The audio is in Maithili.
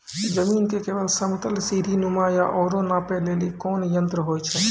जमीन के लेवल समतल सीढी नुमा या औरो नापै लेली कोन यंत्र होय छै?